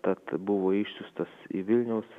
tad buvo išsiųstas į vilniaus